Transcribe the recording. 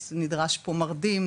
אז נדרש פה מרדים.